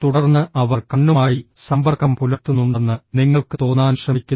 തുടർന്ന് അവർ കണ്ണുമായി സമ്പർക്കം പുലർത്തുന്നുണ്ടെന്ന് നിങ്ങൾക്ക് തോന്നാൻ ശ്രമിക്കുന്നു